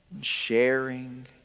sharing